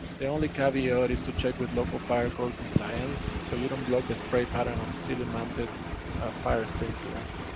the only caveat is to check with local fire code compliance, so you don't block the spray pattern or ceiling mounted firesprinklers.